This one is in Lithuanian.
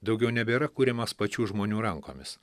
daugiau nebėra kuriamas pačių žmonių rankomis